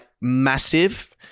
massive